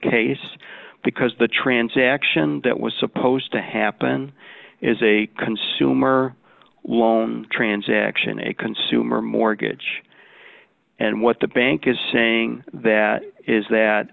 case because the transaction that was supposed to happen is a consumer loan transaction a consumer mortgage and what the bank is saying that is that